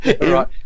right